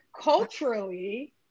culturally